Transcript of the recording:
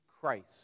Christ